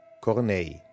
Corneille